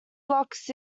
locks